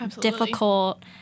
difficult